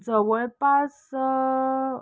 जवळपास